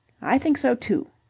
i think so, too.